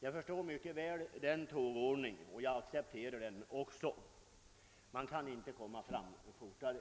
Jag förstår mycket väl att denna tågordning måste tillämpas, och jag accepterar den. Det går inte att komma fram fortare.